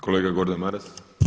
Kolega Gordan Maras.